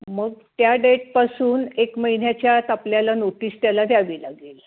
मग त्या डेटपासून एक महिन्याच्या आत आपल्याला नोटिस त्याला द्यावी लागेल